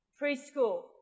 Preschool